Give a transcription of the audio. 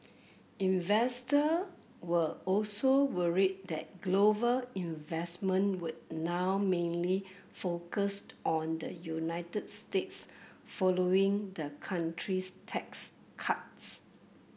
investor were also worried that global investment would now mainly focused on the United States following the country's tax cuts